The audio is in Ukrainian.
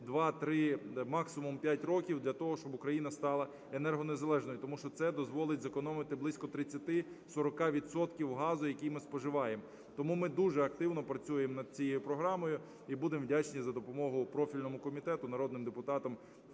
максимум п'ять років для того, щоб Україна стала енергонезалежною, тому що це дозволить зекономити близько 30-40 відсотків газу, який ми споживаємо. Тому ми дуже активно працюємо над цією програмою, і будемо вдячні за допомогу профільному комітету, народним депутатам,